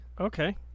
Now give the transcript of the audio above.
Okay